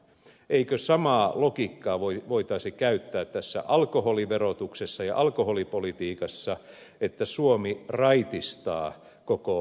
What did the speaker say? eikö samaa logiikkaa voitaisi käyttää tässä alkoholiverotuksessa ja alkoholipolitiikassa että suomi raitistaa koko maailman